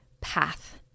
path